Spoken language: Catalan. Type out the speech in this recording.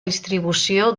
distribució